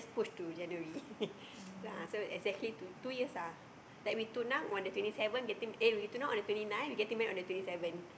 postpone to January ya so exactly two two years ah like we tunang on the twenty seven getting eh we tunang on the twenty nine we getting married on the twenty seven